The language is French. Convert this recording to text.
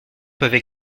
peuvent